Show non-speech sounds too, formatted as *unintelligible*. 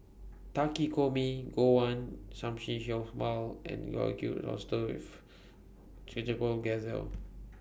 Takikomi Gohan *unintelligible* and *unintelligible* Oysters with *unintelligible*